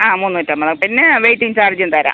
ആ മുന്നൂറ്റി അൻപത് പിന്നെ വെയിറ്റിംഗ് ചാർജും തരാം